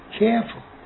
careful